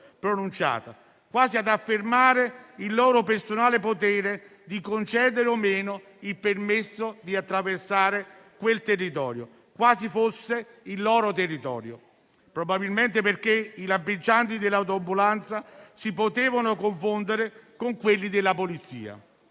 quasi ad affermare il loro personale potere di concedere o meno il permesso di attraversare quel territorio, quasi fosse il loro territorio, probabilmente perché i lampeggianti dell'autoambulanza si potevano confondere con quelli della polizia.